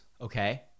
Okay